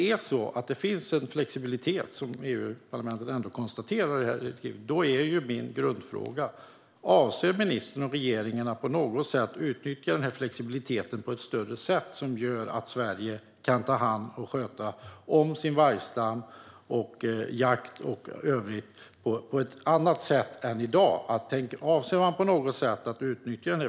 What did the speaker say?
Om det finns en flexibilitet, som EU-parlamentet konstaterar, är min grundfråga: Avser ministern och regeringen att på något sätt utnyttja den flexibiliteten på ett större sätt, så att Sverige kan ta hand om och sköta om sin vargstam och sin jakt på ett annat sätt än i dag?